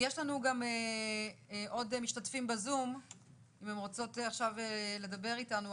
יש לנו גם עוד משתתפים בזום והן רוצות עכשיו לדבר איתנו,